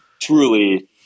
Truly